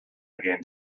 again